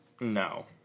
No